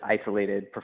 isolated